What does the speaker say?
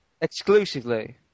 Exclusively